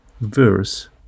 verse